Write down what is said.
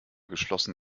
geschlossen